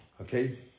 Okay